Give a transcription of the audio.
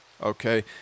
okay